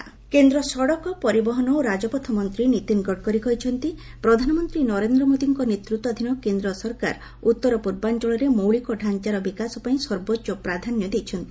ଗଡ଼କରୀ କେନ୍ଦ୍ର ସଡ଼କ ପରିବହନ ଓ ରାଜପଥମନ୍ତ୍ରୀ ନୀତିନ ଗଡ଼କରୀ କହିଛନ୍ତି ପ୍ରଧାନମନ୍ତ୍ରୀ ନରେନ୍ଦ୍ର ମୋଦିଙ୍କ ନେତୃତ୍ୱାଧୀନ କେନ୍ଦ୍ର ସରକାର ଉତ୍ତରପୂର୍ବାଞ୍ଚଳରେ ମୌଳିକ ଡାଞ୍ଚାର ବିକାଶ ପାଇଁ ସର୍ବୋଚ୍ଚ ପ୍ରାଧାନ୍ୟ ଦେଇଛନ୍ତି